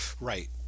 Right